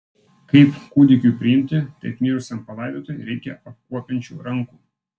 kaip kūdikiui priimti taip mirusiam palaidoti reikia apkuopiančių rankų